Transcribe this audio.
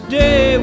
day